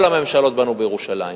כל הממשלות בנו בירושלים.